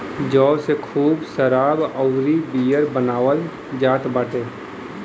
जौ से खूब शराब अउरी बियर बनावल जात बाटे